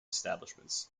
establishments